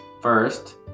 first